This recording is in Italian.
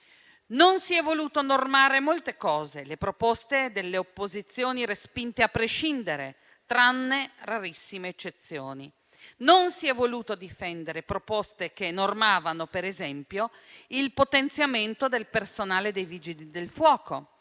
Non si è voluto normare molte cose; le proposte delle opposizioni sono state respinte a prescindere, tranne rarissime eccezioni. Non si è voluto difendere proposte che normavano, per esempio, il potenziamento del personale dei Vigili del fuoco